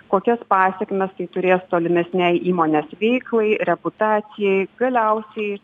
kokias pasekmes tai turės tolimesnei įmonės veiklai reputacijai galiausiai